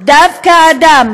דווקא אדם